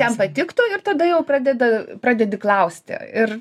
jam patiktų ir tada jau pradeda pradedi klausti ir